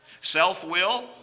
self-will